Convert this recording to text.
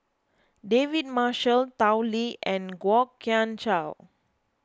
David Marshall Tao Li and Kwok Kian Chow